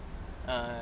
err